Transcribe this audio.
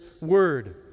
word